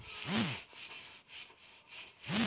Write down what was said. जोखिम त होबे करेला